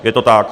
Je to tak!